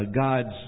God's